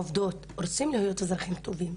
עובדות, רוצים להיות אזרחים טובים,